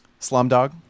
Slumdog